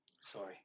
Sorry